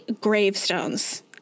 Gravestones